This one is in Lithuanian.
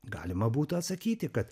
galima būtų atsakyti kad